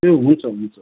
ए हुन्छ हुन्छ